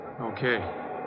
Okay